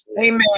Amen